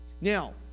Now